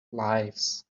lives